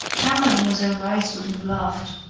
how mademoiselle reisz would have laughed,